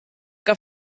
que